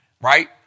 right